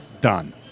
Done